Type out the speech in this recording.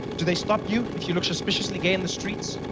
do they stop you if you look suspiciously gay in the streets?